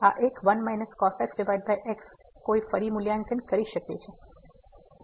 આ એક 1 cos x x કોઈ ફરી મૂલ્યાંકન કરી શકે છે